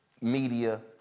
media